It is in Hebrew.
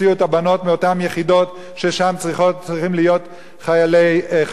יחידות ששם צריכים להיות חיילים חרדים.